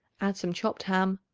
add some chopped ham,